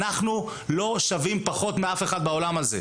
אנחנו לא שווים פחות מאף אחד בעולם הזה,